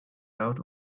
out